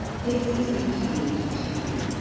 this is going to lead to